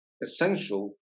essential